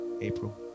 April